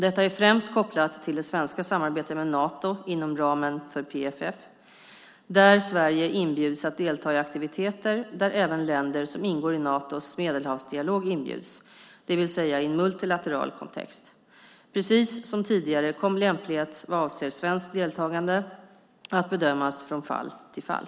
Detta är främst kopplat till det svenska samarbetet med Nato inom ramen för PFF där Sverige inbjuds att delta i aktiviteter där även länder som ingår i Natos Medelhavsdialog inbjuds, det vill säga i en multilateral kontext. Precis som tidigare kommer lämplighet vad avser svenskt deltagande att bedömas från fall till fall.